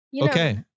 Okay